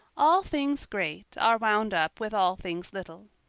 all things great are wound up with all things little.